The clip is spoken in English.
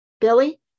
Billy